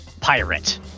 pirate